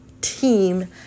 team